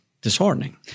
disheartening